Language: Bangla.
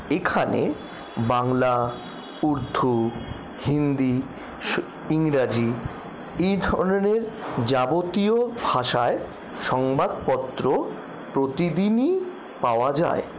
এখানে বাংলা উর্দু হিন্দি সু ইংরাজি এই ধরনের যাবতীয় ভাষায় সংবাদপত্র প্রতিদিনই পাওয়া যায়